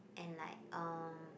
and like uh